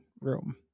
room